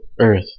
Earth